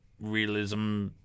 realism